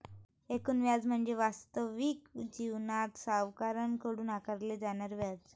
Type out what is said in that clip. एकूण व्याज म्हणजे वास्तविक जीवनात सावकाराकडून आकारले जाणारे व्याज